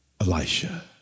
Elisha